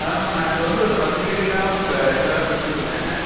அதுதான் மேம் நான் இப்போ வந்து ஒரு பத்து வீட்டுக்குத் தான் மேம் இப்போ ரெகுலராக கொடுத்துட்ருக்கேன்